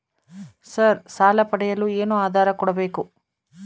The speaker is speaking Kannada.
ಸರ್ ಸಾಲ ಪಡೆಯಲು ಏನು ಆಧಾರ ಕೋಡಬೇಕು?